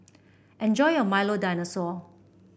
enjoy your Milo Dinosaur